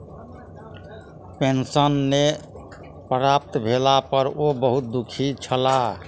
pension नै प्राप्त भेला पर ओ बहुत दुःखी छला